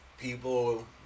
People